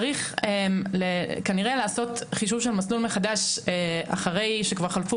צריך כנראה לעשות חישוב של מסלול מחדש אחרי שכבר חלפו